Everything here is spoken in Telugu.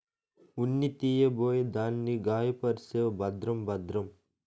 ఉన్ని తీయబోయి దాన్ని గాయపర్సేవు భద్రం భద్రం